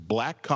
Black